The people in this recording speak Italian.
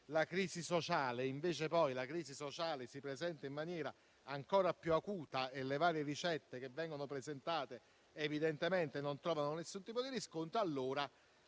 la crisi sociale, che invece poi si presenta in maniera ancora più acuta e le varie ricette che vengono presentate non trovano nessun tipo di riscontro, allora